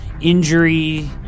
Injury